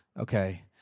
okay